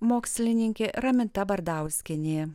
mokslininkė raminta bardauskienė